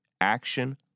Action